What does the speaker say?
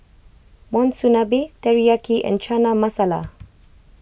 Monsunabe Teriyaki and Chana Masala